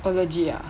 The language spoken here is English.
oh legit ah